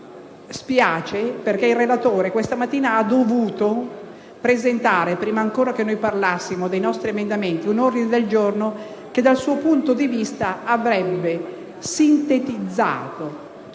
Spiace che il relatore, questa mattina, abbia dovuto presentare, prima ancora che illustrassimo i nostri emendamenti, un ordine del giorno che dal suo punto di vista avrebbe sintetizzato,